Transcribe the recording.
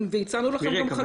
והצענו לכם גם חלופה.